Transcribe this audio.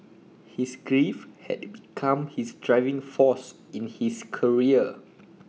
his grief had become his driving force in his career